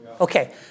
Okay